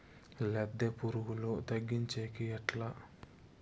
లద్దె పులుగులు తగ్గించేకి ఎట్లా?